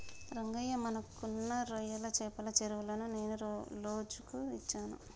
రంగయ్య మనకున్న రొయ్యల చెపల చెరువులను నేను లోజుకు ఇచ్చాను